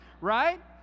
right